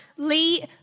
Lee